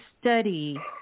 study